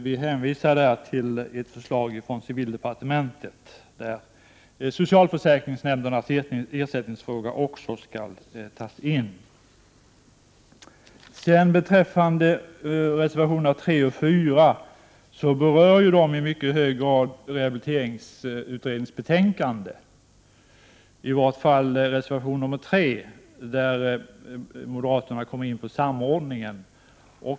Vi hänvisar till ett förslag från civildepartementet, i vilket också frågan om ersättning skall tas med. Reservationerna 3 och 4 berör i mycket hög grad rehabiliteringsutredningens betänkande — i vart fall reservation nr 3 där moderaterna kommer in på samordningen.